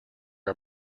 are